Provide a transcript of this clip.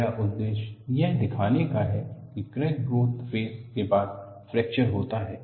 मेरा उद्देश्य यह दिखाने का है की क्रैक ग्रोथ फेज़ के बाद फ्रैक्चर होता है